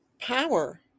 power